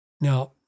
Now